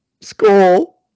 school